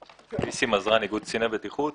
ניסים עזרן, איגוד קצין הבטיחות.